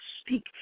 speak